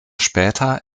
später